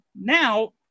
now